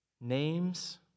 names